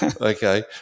Okay